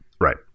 Right